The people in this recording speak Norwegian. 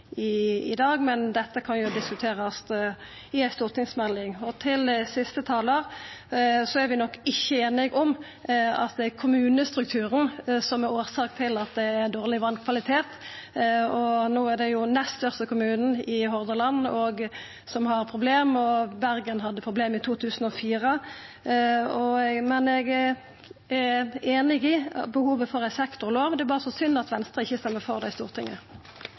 det i dag. Men dette kan diskuterast i ei stortingsmelding. Til den siste talaren: Vi er nok ikkje einige i at det er kommunestrukturen som er årsaka til at det er dårleg vasskvalitet. No er det den nest største kommunen i Hordaland som har problem, og Bergen hadde problem i 2004. Men eg er einig i behovet for ei sektorlov. Det er berre så synd at Venstre ikkje stemmer for det i Stortinget.